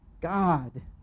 God